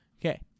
Okay